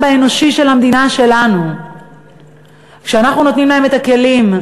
האנושי של המדינה שלנו כשאנחנו נותנים להם את הכלים,